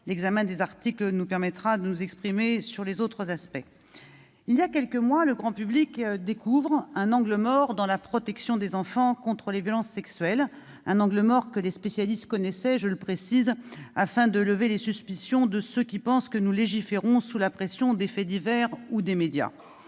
L'examen des articles nous permettra de nous exprimer sur les autres aspects du projet de loi. Il y a quelques mois, le grand public découvrait un angle mort dans la protection des enfants contre les violences sexuelles, un angle mort que les spécialistes connaissaient, je le précise, afin de lever les suspicions de ceux qui pensent que nous légiférons sous la pression des faits divers ou des médias.